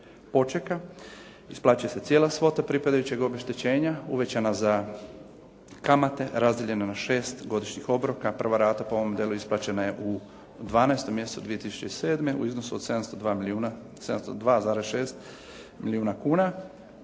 počeka. Isplaćuje se cijela svota pripadajućeg obeštećenja uvećana za kamate, razdijeljena na šest godišnjih obroka. Prva rata po ovom modelu isplaćena je u 12. mjesecu 2007. u iznosu od 702,6 milijuna kuna,